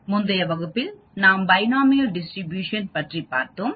முந்தைய வகுப்பில் நாம் பைனோமியல் டிஸ்ட்ரிபியூஷன் பற்றி பார்த்தோம்